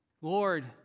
Lord